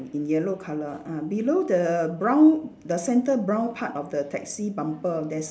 in yellow colour ah below the brown the centre brown part of the taxi bumper there's